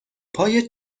پای